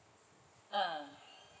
mm